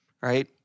right